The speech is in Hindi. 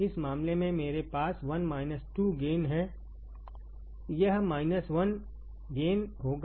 इस मामले में मेरे पास गेन हैयह 1 गेन होगा